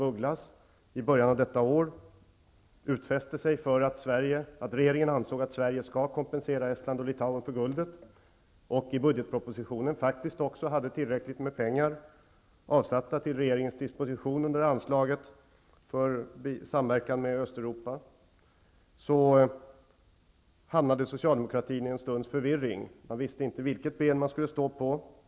Ugglas i början av detta år utfäste sig för att regeringen ansåg att Sverige skall kompensera Estland och Litauen för guldet och i budgetpropositionen också hade tillräckligt med pengar avsatta till regeringens disposition under anslaget för samverkan med Östeuropa, hamnade Socialdemokraterna i en stunds förvirring. De visste inte vilket ben de skulle stå på.